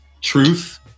truth